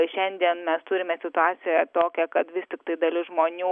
šiandien mes turime situaciją tokią kad vis tiktai dalis žmonių